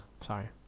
Sorry